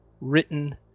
written